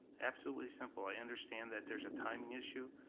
absolutely simple, i understand that there's a timing issue.